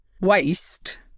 waste